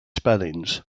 spellings